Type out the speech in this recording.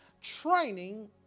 Training